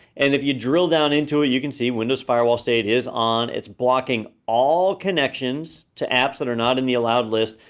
and if you drill down into it, you can see windows firewall state is on, it's blocking all connections to apps that are not in the allowed list.